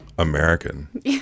American